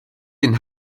den